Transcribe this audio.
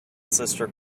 sister